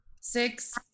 Six